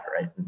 right